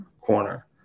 corner